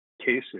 cases